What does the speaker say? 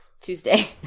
Tuesday